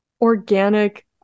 organic